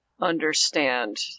understand